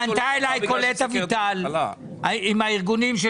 פנתה אליי קולט אביטל עם הארגונים של